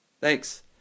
Thanks